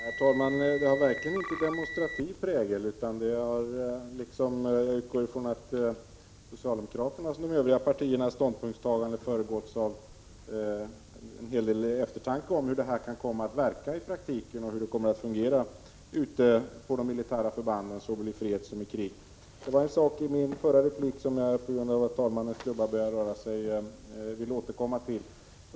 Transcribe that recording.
Herr talman! De har verkligen inte demonstrativ prägel utan de utgår från att socialdemokraternas liksom de övriga partiernas ståndpunktstaganden föregåtts av en hel del eftertanke om hur detta kan komma att verka i praktiken och hur det kommer att fungera ute på de militära förbanden, såväl i fred som i krig. Det var en sak i min förra replik som jag — på grund av att herr talmannens klubba föll — vill återkomma till.